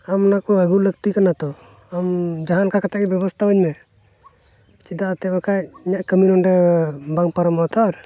ᱟᱢ ᱚᱱᱟ ᱠᱚ ᱟᱹᱜᱩ ᱞᱟᱹᱠᱛᱤ ᱠᱟᱱᱟ ᱛᱚ ᱟᱢ ᱡᱟᱦᱟᱸ ᱞᱮᱠᱟ ᱠᱟᱛᱮᱫ ᱜᱮ ᱵᱮᱵᱚᱥᱛᱷᱟ ᱟᱹᱧ ᱢᱮ ᱪᱮᱫᱟᱜ ᱛᱮ ᱵᱟᱠᱷᱟᱡ ᱤᱧᱟᱹᱜ ᱠᱟᱹᱢᱤ ᱱᱚᱰᱮ ᱵᱟᱝ ᱯᱟᱨᱚᱢᱚᱜᱼᱟ ᱛᱷᱚᱨ